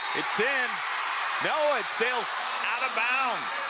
it's in. now, it sails out of bounds.